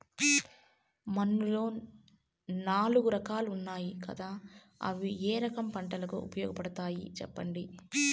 మన్నులో నాలుగు రకాలు ఉన్నాయి కదా అవి ఏ రకం పంటలకు ఉపయోగపడతాయి చెప్పండి?